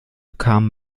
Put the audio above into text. kamen